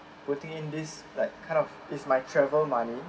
putting in this like kind of is my travel money